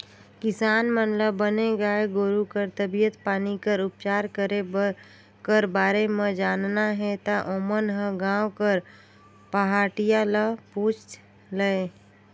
किसान मन ल बने गाय गोरु कर तबीयत पानी कर उपचार करे कर बारे म जानना हे ता ओमन ह गांव कर पहाटिया ल पूछ लय